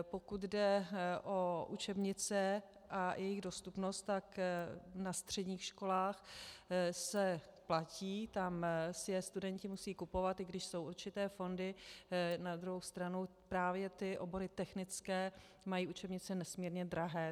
Pokud jde o učebnice a jejich dostupnost, na středních školách se platí, tam si je studenti musí kupovat, i když jsou určité fondy, na druhou stranu právě obory technické mají učebnice nesmírně drahé.